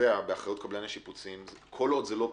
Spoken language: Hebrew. קובע באחריות קבלני שיפוצים, כל עוד זה לא פוחת,